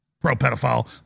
pro-pedophile